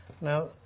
Now